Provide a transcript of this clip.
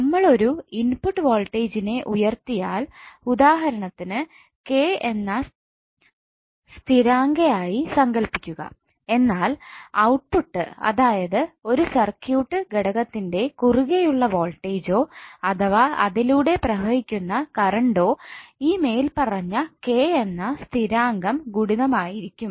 നമ്മൾ ഒരു ഇൻപുട്ട് വോൾട്ടേജിനെ ഉയർത്തിയാൽ ഉദാഹരണത്തിന് K എന്ന സ്ഥിരാങ്കയായി സങ്കൽപ്പിക്കുക എന്നാൽ ഔട്ട്പുട്ട് അതായത് ഒരു സർക്യൂട്ട് ഘടകത്തിന്റെ കുറുകെയുള്ള വോൾട്ടേജ്ജോ അഥവാ അതിലൂടെ പ്രവഹിക്കുന്ന കറണ്ടോ ഈ മേൽപ്പറഞ്ഞ K എന്ന സ്ഥിരാങ്കം ഗുണിതമായിരിക്കും